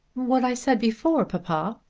what i said before, papa.